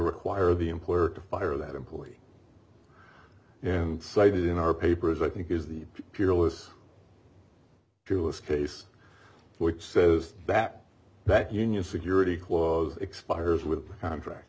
require the employer to fire that employee and cited in our papers i think is the peerless careless case which says that that union security clause expires with the contract